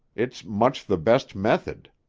it's much the best method.